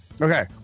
Okay